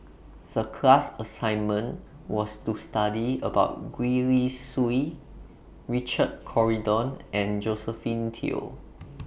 The class assignment was to study about Gwee Li Sui Richard Corridon and Josephine Teo